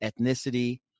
ethnicity